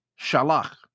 shalach